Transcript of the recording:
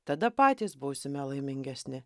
tada patys būsime laimingesni